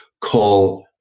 call